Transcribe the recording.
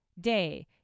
day